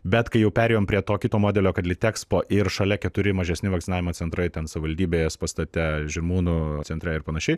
bet kai jau perėjom prie to kito modelio kad litexpo ir šalia keturi mažesni vakcinavimo centrai ten savivaldybės pastate žirmūnų centre ir panašiai